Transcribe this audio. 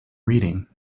reading